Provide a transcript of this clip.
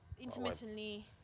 intermittently